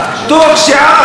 תוך שעה אחת.